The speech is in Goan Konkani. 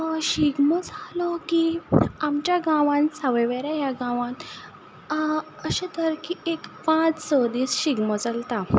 शिगमो जालो की आमच्या गांवान सांवयवेऱ्या ह्या गांवान अशें जालें की पांच स दीस शिगमो चलता